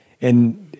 And-